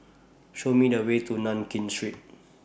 Show Me The Way to Nankin Street